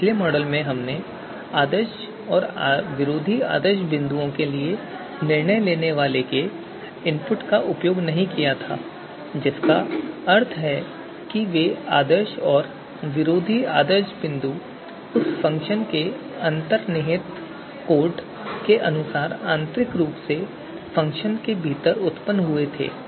पिछले मॉडल में हमने आदर्श और विरोधी आदर्श बिंदुओं के लिए निर्णय लेने वाले के इनपुट का उपयोग नहीं किया था जिसका अर्थ है कि वे आदर्श और विरोधी आदर्श बिंदु उस फ़ंक्शन के अंतर्निहित कोड के अनुसार आंतरिक रूप से फ़ंक्शन के भीतर उत्पन्न हुए थे